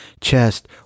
chest